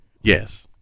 Yes